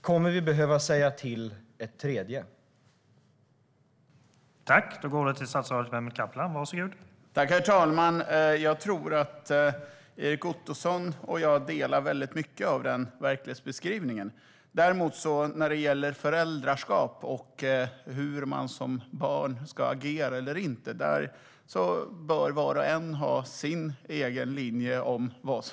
Kommer vi att behöva säga till en tredje gång?